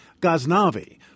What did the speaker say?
Ghaznavi